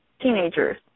teenagers